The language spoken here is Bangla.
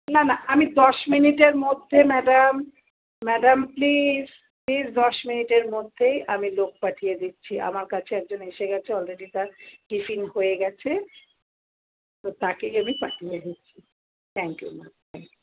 না না আমি দশ মিনিটের মধ্যে ম্যাডাম ম্যাডাম প্লিজ প্লিজ দশ মিনিটের মধ্যেই আমি লোক পাঠিয়ে দিচ্ছি আমার কাছে একজন এসে গেছে অলরেডি তার টিফিন হয়ে গেছে তো তাকেই আমি পাঠিয়ে দিচ্ছি থ্যাংক ইউ ম্যাম থ্যাংক